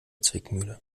zwickmühle